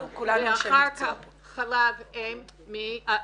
ואחר כך חלב אם מתורמת.